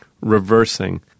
reversing